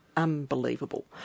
Unbelievable